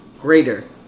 greater